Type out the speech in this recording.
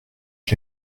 que